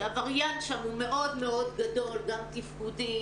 שה- varianceהוא מאוד מאוד גדול גם תפקודי